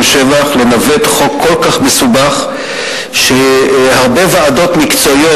שבח לנווט חוק כל כך מסובך של הרבה ועדות מקצועיות,